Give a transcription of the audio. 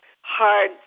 hard